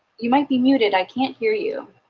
you might be muted. i can't hear you.